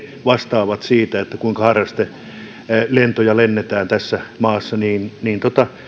vastataan siitä kuinka harrastelentoja lennetään tässä maassa niin niin